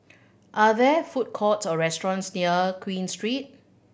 are there food courts or restaurants near Queen Street